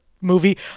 movie